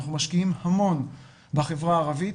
אנחנו משקיעים המון בחברה הערבית,